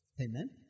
Amen